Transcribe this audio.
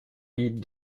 libre